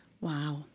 Wow